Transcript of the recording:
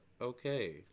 Okay